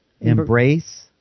Embrace